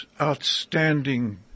outstanding